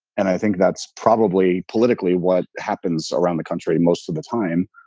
and i think that's probably politically what happens around the country most of the time.